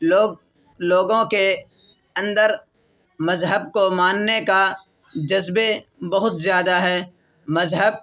لوگ لوگوں کے اندر مذہب کو ماننے کا جذبے بہت زیادہ ہے مذہب